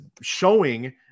showing